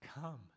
come